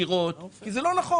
עשירות כי זה לא נכון.